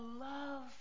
love